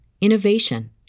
innovation